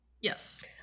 Yes